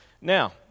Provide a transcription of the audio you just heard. Now